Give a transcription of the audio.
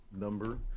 number